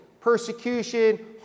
persecution